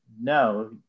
no